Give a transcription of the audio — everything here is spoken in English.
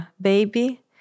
baby